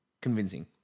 convincing